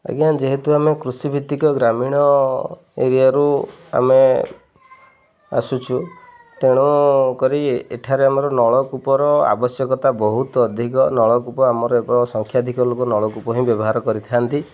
ଆଜ୍ଞା ଯେହେତୁ ଆମେ କୃଷିଭିତ୍ତିକ ଗ୍ରାମୀଣ ଏରିଆରୁ ଆମେ ଆସୁଛୁ ତେଣୁ କରି ଏଠାରେ ଆମର ନଳକୂପର ଆବଶ୍ୟକତା ବହୁତ ଅଧିକ ନଳକୂପ ଆମର ଏ ସଂଖ୍ୟାଧିକ ଲୋକ ନଳକୂପ ହିଁ ବ୍ୟବହାର କରିଥାନ୍ତି